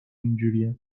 اینجورین